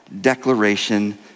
declaration